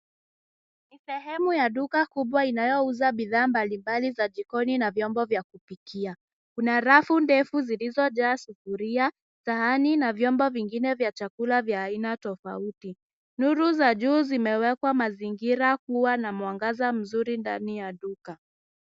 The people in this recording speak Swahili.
Sehemu ya duka kubwa inaouza bidhaa mbali mbali za jikoni na vyombo vya kupikia. Kuna rafu ndefu zilizo jaa sufuria sahani na vyombo vingine vya chakula vya aina tafauti. Nuru za juu zimewekwa mazingira hua na mwangaza mzuri ndani ya duka.